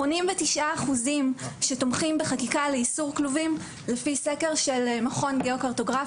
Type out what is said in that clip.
89% תומכים בחקיקה לאיסור כלובים לפי סקר מ-2020.